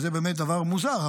וזה באמת דבר מוזר,